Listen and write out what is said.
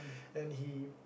then he